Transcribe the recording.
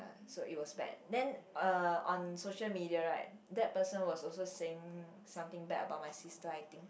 so it was bad then uh on social media right that person was also saying something bad about my sister I think